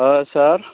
ओ सार